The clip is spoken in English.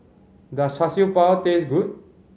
does Char Siew Bao taste good